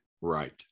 Right